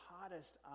hottest